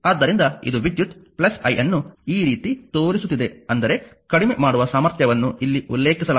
ಆದ್ದರಿಂದ ಇದು ವಿದ್ಯುತ್ i ಅನ್ನು ಈ ರೀತಿ ತೋರಿಸುತ್ತಿದೆ ಅಂದರೆ ಕಡಿಮೆ ಮಾಡುವ ಸಾಮರ್ಥ್ಯವನ್ನು ಇಲ್ಲಿ ಉಲ್ಲೇಖಿಸಲಾಗಿದೆ